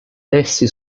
essi